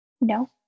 No